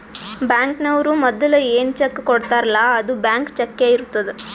ಬ್ಯಾಂಕ್ನವ್ರು ಮದುಲ ಏನ್ ಚೆಕ್ ಕೊಡ್ತಾರ್ಲ್ಲಾ ಅದು ಬ್ಲ್ಯಾಂಕ್ ಚಕ್ಕೇ ಇರ್ತುದ್